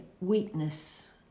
weakness